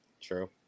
True